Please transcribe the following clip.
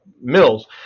mills